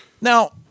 Now